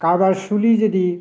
কাৰোবাৰ চুলি যদি